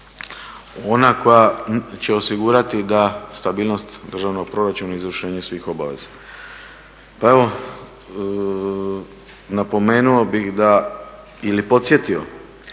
ona koja će osigurati da stabilnost državnog proračuna o izvršenju svih obaveza. Pa evo napomeno bih da ili podsjetio